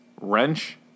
Wrench